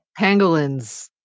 Pangolins